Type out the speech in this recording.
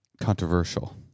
controversial